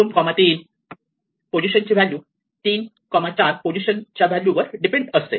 23 position चे value 34 position value वर depend असते